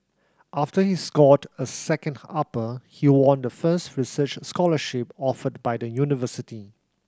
after he scored a second upper he won the first research scholarship offered by the university